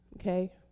Okay